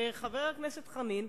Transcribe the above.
וחבר הכנסת חנין,